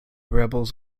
rebels